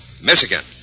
Michigan